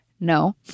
No